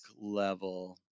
level